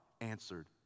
answered